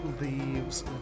leaves